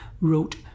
wrote